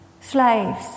Slaves